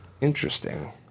Interesting